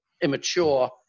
immature